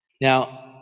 Now